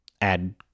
add